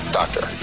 doctor